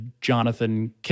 Jonathan